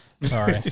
Sorry